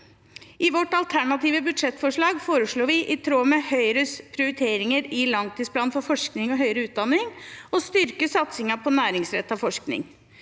I vårt alternative budsjettforslag foreslår vi, i tråd med Høyres prioriteringer i langtidsplanen for forskning og høyere utdanning, å styrke satsingen på næringsrettet forskning.